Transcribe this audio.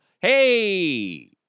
Hey